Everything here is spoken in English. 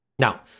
Now